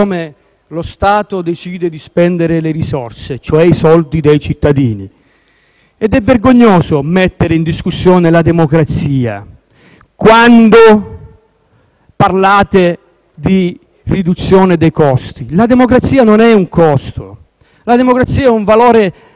Ed è vergognoso mettere in discussione la democrazia, quando parlate di riduzione dei costi. La democrazia non è un costo; la democrazia ha un valore inestimabile e va difesa fino alla morte.